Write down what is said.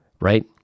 right